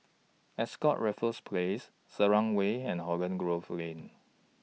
Ascott Raffles Place Selarang Way and Holland Grove Lane